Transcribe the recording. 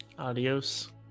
Adios